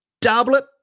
tablet